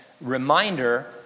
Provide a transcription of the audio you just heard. Reminder